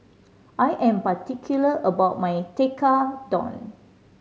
I am particular about my Tekkadon